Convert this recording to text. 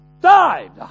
died